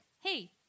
hey